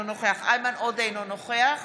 אינו נוכח איימן עודה, אינו נוכח